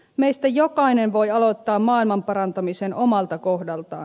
meistä jokainen voi aloittaa maailman parantamisen omalta kohdaltaan